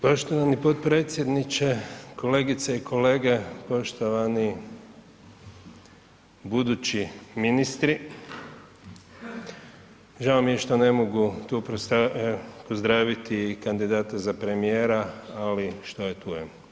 Poštovani potpredsjedniče, kolegice i kolege, poštovani budući ministri, žao mi je što ne mogu tu pozdraviti i kandidata za premijera ali što je, tu je.